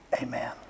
Amen